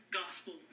gospel